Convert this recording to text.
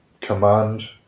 command